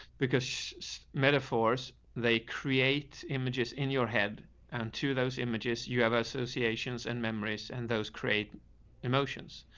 because metaphors, they create images in your head and to those images, you have associations and memories and those create emotions.